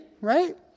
right